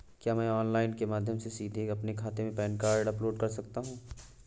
क्या मैं ऑनलाइन के माध्यम से सीधे अपने खाते में पैन कार्ड अपलोड कर सकता हूँ?